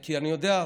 כי אני יודע,